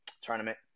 tournament